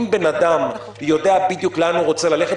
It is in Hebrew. אם בן אדם יודע בדיוק לאן הוא רוצה ללכת,